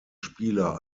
spieler